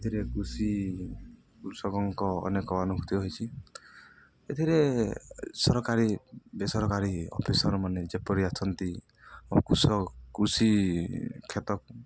ଏଥିରେ କୃଷି କୃଷକଙ୍କ ଅନେକ ଅନୁଭୂତି ହୋଇଛିି ଏଥିରେ ସରକାରୀ ବେସରକାରୀ ଅଫିସର ମାନେ ଯେପରି ଅଛନ୍ତି ଓ କୃଷକ କୃଷିକ୍ଷେତ୍ରକୁ